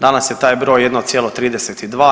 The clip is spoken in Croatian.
Danas je taj broj 1,32.